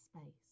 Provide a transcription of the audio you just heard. space